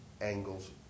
angles